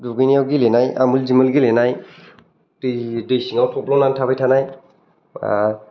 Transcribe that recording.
दुगैनायाव गेलेनाय आमोल दिमोल गेलेनाय दै दै सिङाव थब्ल'ना थाबाय थानाय